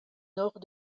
nord